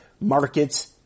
Markets